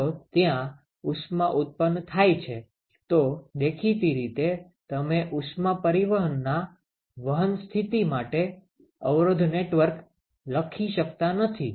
જો ત્યા ઉષ્મા ઉત્પન્ન થાય છે તો દેખીતી રીતે તમે ઉષ્મા પરિવહનના વહન સ્થિતિ માટે અવરોધ નેટવર્ક લખી શકતા નથી